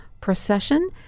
procession